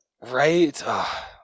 Right